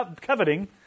coveting